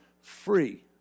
free